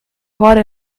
horde